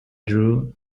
drew